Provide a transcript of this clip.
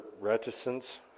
reticence